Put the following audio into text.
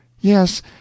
Yes